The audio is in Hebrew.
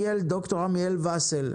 ד"ר עמיאל וסל,